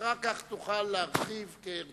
אחר כך תוכל להרחיב כרצונך.